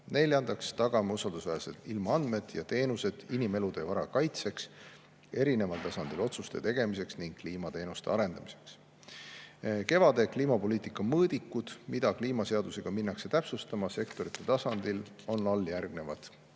Neljandaks, tagame usaldusväärsed ilmaandmed ja teenused inimelude ja vara kaitseks erineval tasandil otsuste tegemiseks ning kliimateenuste arendamiseks. KEVAD‑e kliimapoliitika mõõdikud, mida kliimaseadusega minnakse täpsustama sektorite tasandil, on järgnevad.